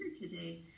today